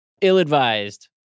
ill-advised